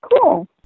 cool